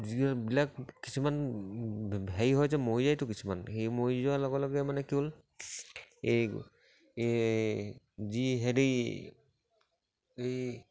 যিবিলাক কিছুমান হেৰি হয় যে মৰি যায়তো কিছুমান সেই মৰি যোৱাৰ লগে লগে মানে কি হ'ল এই এই যি সেহেঁতি এই